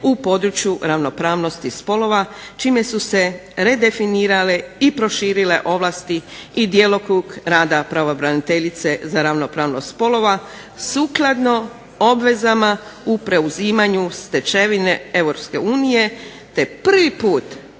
u području ravnopravnosti spolova čime su se redefinirale i proširile ovlasti i djelokrug rada pravobraniteljice za ravnopravnosti spolova sukladno obvezama u preuzimanju stečevine EU te prvi put